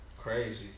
Crazy